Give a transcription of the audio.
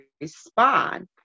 respond